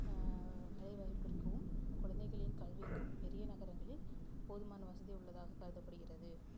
வேலைவாய்ப்பு இருக்கவும் குழந்தைகளின் கல்விக்கும் பெரிய நகரங்களில் போதுமான வசதி உள்ளதாக கருதப்படுகிறது